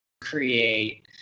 create